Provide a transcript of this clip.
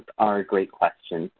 are great questions.